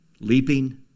leaping